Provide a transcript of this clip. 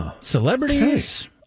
Celebrities